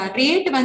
rate